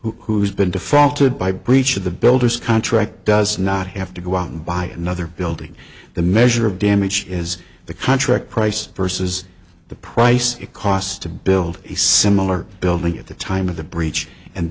has been defaulted by breach of the builder's contract does not have to go out and buy another building the measure of damage is the contract price versus the price it costs to build a similar building at the time of the br